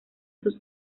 sus